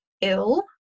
ill